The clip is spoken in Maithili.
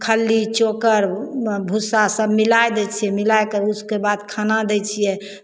खल्ली चोकर भुस्सा सभ मिलाए दै छियै मिलाए कऽ उसके बाद खाना दै छियै